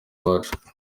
uwacu